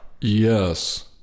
yes